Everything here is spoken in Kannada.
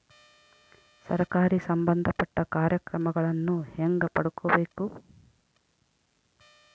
ಸರಕಾರಿ ಸಂಬಂಧಪಟ್ಟ ಕಾರ್ಯಕ್ರಮಗಳನ್ನು ಹೆಂಗ ಪಡ್ಕೊಬೇಕು?